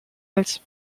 als